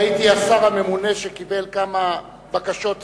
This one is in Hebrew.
והייתי השר הממונה שקיבל כמה בקשות צנועות.